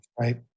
right